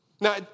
Now